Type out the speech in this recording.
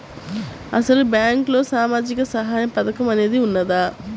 అసలు బ్యాంక్లో సామాజిక సహాయం పథకం అనేది వున్నదా?